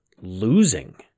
losing